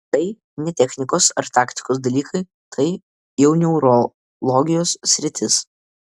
tai ne technikos ar taktikos dalykai tai jau neurologijos sritis